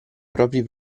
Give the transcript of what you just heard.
propri